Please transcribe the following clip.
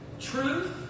truth